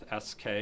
SK